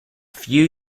few